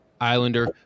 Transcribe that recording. Islander